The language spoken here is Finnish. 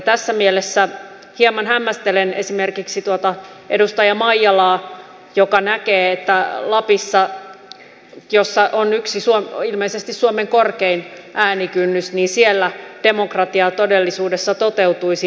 tässä mielessä hieman hämmästelen esimerkiksi edustaja maijalaa joka näkee että lapissa jossa on ilmeisesti suomen korkein äänikynnys demokratia todellisuudessa toteutuisi nykymallilla